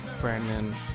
Brandon